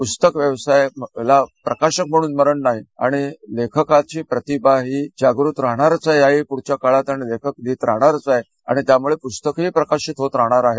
पुस्तक व्यवसायाला प्रकाशन म्हणून मरण नाही आणि लेखकाची प्रतिभा ही जागृत राहणारच आहे या पुढच्या काळात आणि लेखक लिहीत राहणारच आहे त्यामुळं पुस्तकेही प्रकाशित होत राहणार आहेत